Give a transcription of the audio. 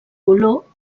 color